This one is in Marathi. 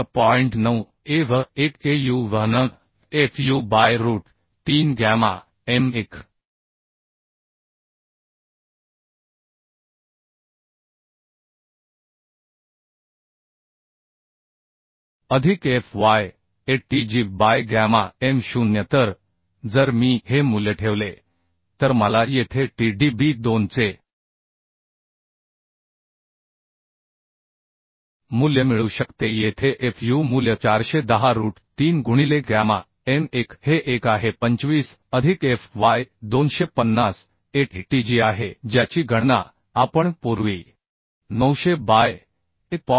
9 a v 1 a v n f u by root 3 gamma m 1 अधिक f y a t g by gamma m 0 तर जर मी हे मूल्य ठेवले तर मला येथे T d b 2 चे मूल्य मिळू शकते येथे f u मूल्य 410 रूट 3 गुणिले गॅमा m 1 हे 1 आहे 25 अधिक f y 250 a t g आहे ज्याची गणना आपण पूर्वी 900 बाय 1